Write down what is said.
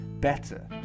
better